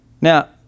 Now